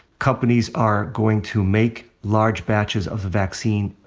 companies are going to make large batches of the vaccine,